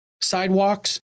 sidewalks